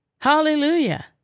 Hallelujah